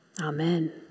Amen